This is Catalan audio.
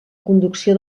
conducció